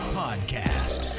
podcast